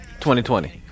2020